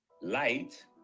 light